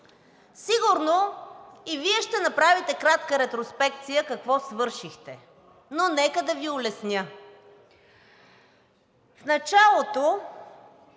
Сигурно и Вие ще направите кратка ретроспекция какво свършихте, но нека да Ви улесня. В началото